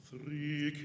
Three